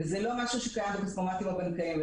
אבל זה לא משהו שקיים בכספומטים הבנקאיים.